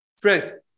Friends